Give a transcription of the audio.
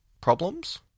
problems